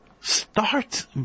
Start